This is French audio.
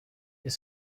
est